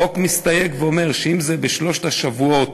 החוק מסתייג ואומר שאם זה בשלושת השבועות